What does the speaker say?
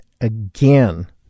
again